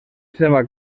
seva